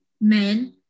men